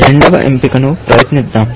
రెండవ ఎంపికను ప్రయత్నిద్దాం